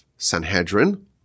Sanhedrin